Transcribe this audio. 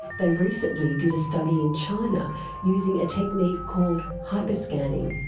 they recently did a study in china using a technique called hyperscanning.